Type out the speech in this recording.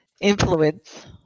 influence